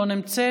לא נמצאת,